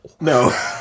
No